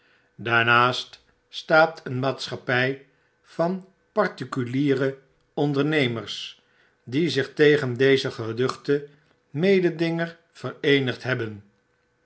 daarnaast staat een maatschappij van particuliere ondernemers die zich tegen dezen geduchten mededinger vereenigd hebben